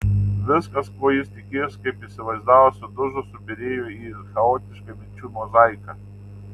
viskas ko jis tikėjosi kaip įsivaizdavo sudužo subyrėjo į chaotišką minčių mozaiką